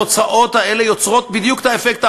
התוצאות האלה יוצרות בדיוק את האפקט ההפוך.